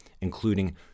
including